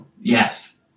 Yes